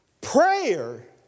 prayer